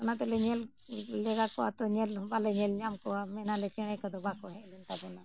ᱚᱱᱟᱛᱮᱞᱮ ᱧᱮᱞ ᱞᱮᱜᱟ ᱠᱚᱣᱟ ᱛᱚ ᱧᱮᱞ ᱦᱚᱸ ᱵᱟᱞᱮ ᱧᱮᱞ ᱧᱟᱢ ᱠᱚᱣᱟ ᱢᱮᱱᱟᱞᱮ ᱪᱮᱬᱮ ᱠᱚᱫᱚ ᱵᱟᱠᱚ ᱦᱮᱡᱞᱮᱱ ᱛᱟᱵᱚᱱᱟ